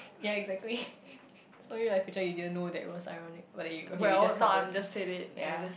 ya exactly so you like you didn't know that it was ironic whether you okay we just covered ya